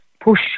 push